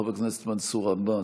חבר הכנסת מנסור עבאס,